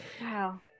Wow